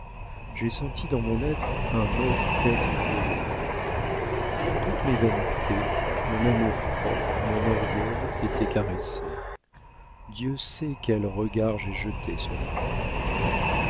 j'ai senti dans mon être un autre être heureux toutes mes vanités mon amour-propre mon orgueil étaient caressés dieu sait quel regard j'ai jeté sur le monde